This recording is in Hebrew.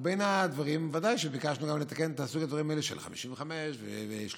ובין הדברים ודאי שביקשנו גם לתקן: תעשו את הדברים האלה של 55% ו-75%.